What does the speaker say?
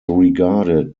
regarded